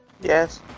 Yes